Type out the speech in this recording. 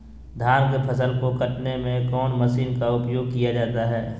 धान के फसल को कटने में कौन माशिन का उपयोग किया जाता है?